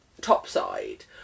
topside